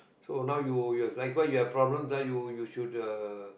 so now you your like why you have problems ah you should uh